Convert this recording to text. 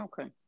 okay